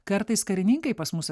kartais karininkai pas mus